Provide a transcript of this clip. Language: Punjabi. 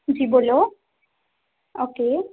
ਜੀ ਬੋਲੋ ਓਕੇ